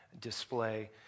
display